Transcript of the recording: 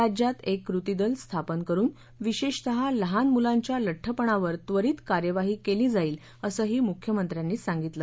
राज्यात एक कृती दल स्थापन करून विशेषत लहान मुलांच्या लड्डपणावर त्वरित कार्यवाही केली जाईल असंही मुख्यमंत्र्यांनी सांगितलं